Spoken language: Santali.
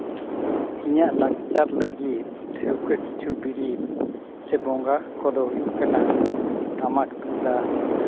ᱤᱧᱟᱹᱜ ᱞᱟᱠᱪᱟᱨ ᱞᱟᱹᱜᱤᱫ ᱴᱷᱟᱹᱣᱠᱟᱹ ᱠᱤᱪᱷᱩ ᱵᱤᱨᱤᱫ ᱥᱮ ᱵᱚᱸᱜᱟᱜ ᱠᱚᱫᱚ ᱦᱩᱭᱩᱜ ᱠᱟᱱᱟ ᱴᱟᱢᱟᱠ ᱛᱩᱢᱫᱟᱜ